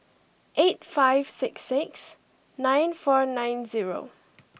eight five six six nine four nine zero